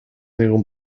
ningún